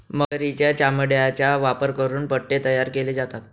मगरीच्या चामड्याचा वापर करून पट्टे तयार केले जातात